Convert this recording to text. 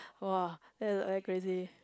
!wah! that's very crazy